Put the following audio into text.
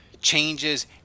changes